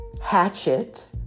hatchet